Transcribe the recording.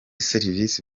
serivisi